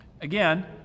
again